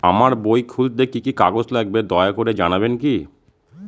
আমার বই খুলতে কি কি কাগজ লাগবে দয়া করে জানাবেন কি?